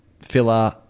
Filler